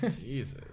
Jesus